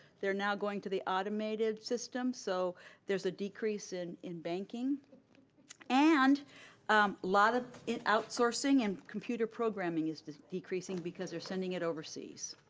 they're now going to the automated system so there's a decrease in in banking and lot of outsourcing and computer programming is decreasing because they're sending it overseas,